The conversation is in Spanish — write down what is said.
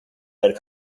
del